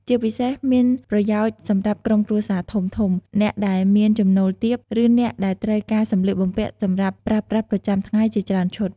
ជាពិសេសមានប្រយោជន៍សម្រាប់ក្រុមគ្រួសារធំៗ អ្នកដែលមានចំណូលទាប ឬអ្នកដែលត្រូវការសម្លៀកបំពាក់សម្រាប់ប្រើប្រាស់ប្រចាំថ្ងៃជាច្រើនឈុត។